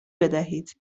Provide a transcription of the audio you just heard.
بدهید